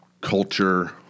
culture